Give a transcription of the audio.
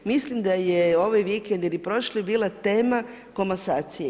Mislim da je ovaj vikend ili prošli bila tema komasacije.